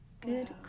Good